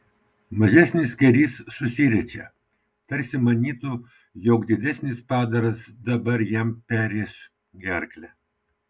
mažesnis skėrys susiriečia tarsi manytų jog didesnis padaras dabar jam perrėš gerklę